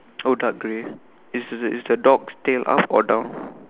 oh dark gray is is the dog's tail up or down